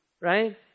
right